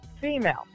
female